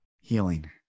healing